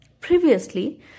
Previously